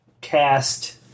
cast